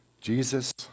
Jesus